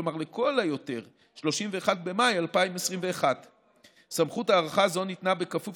כלומר לכל היותר 31 במאי 2021. סמכות הארכה זו ניתנה בכפוף